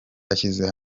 ashyize